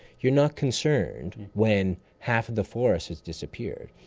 you're not concerned when half of the forest has disappeared.